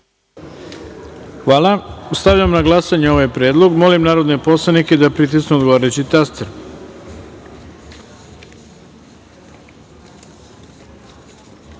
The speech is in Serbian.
Hvala. Stavljam na glasanje ovaj predlog. Molim narodne poslanike da pritisnu odgovarajući